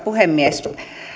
puhemies